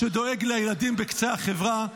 שדואג לילדים בקצה החברה,